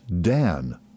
Dan